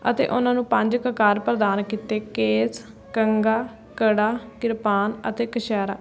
ਅਤੇ ਉਨ੍ਹਾਂ ਨੂੰ ਪੰਜ ਕਕਾਰ ਪ੍ਰਦਾਨ ਕੀਤੇ ਕੇਸ ਕੰਘਾ ਕੜਾ ਕਿਰਪਾਨ ਅਤੇ ਕਛਿਹਰਾ